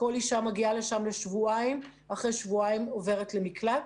כל אישה מגיעה לשם לשבועיים ואחרי שבועיים עוברת למקלט.